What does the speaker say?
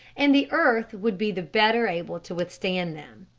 and the earth would be the better able to withstand them.